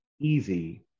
easy